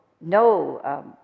no